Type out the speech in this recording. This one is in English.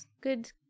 good